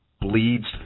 bleeds